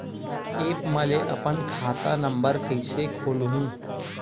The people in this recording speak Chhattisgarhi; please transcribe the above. एप्प म ले अपन खाता नम्बर कइसे खोलहु?